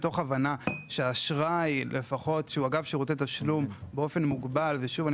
מתוך הבנה שאשראי שהוא אגב שירותי תשלום באופן מוגבל ושוב,